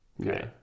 okay